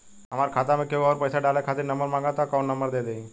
हमार खाता मे केहु आउर पैसा डाले खातिर नंबर मांगत् बा कौन नंबर दे दिही?